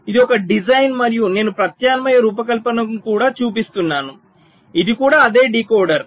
ఇది ఒక డిజైన్ మరియు నేను ప్రత్యామ్నాయ రూపకల్పనను కూడా చూపిస్తాను ఇది కూడా అదే డీకోడర్